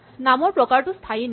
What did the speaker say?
নামৰ প্ৰকাৰটো স্হায়ী নহয়